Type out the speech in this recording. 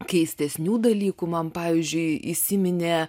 keistesnių dalykų man pavyzdžiui įsiminė